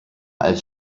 als